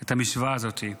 את המשוואה הזאת,